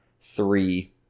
three